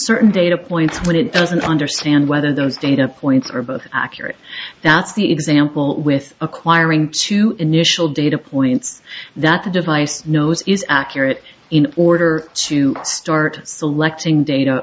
certain data points what it doesn't understand whether those data points are both accurate that's the example with acquiring two initial data points that the device knows is accurate in order to start selecting data